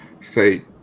say